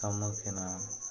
ସମ୍ମୁଖୀନ